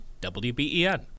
WBEN